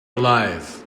alive